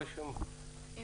אני